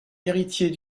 héritier